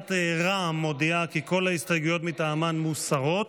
סיעת רע"מ מודיעה כי כל ההסתייגויות מטעמה מוסרות.